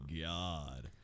God